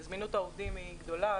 זמינות העובדים גדולה.